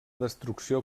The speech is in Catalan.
destrucció